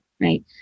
right